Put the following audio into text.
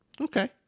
Okay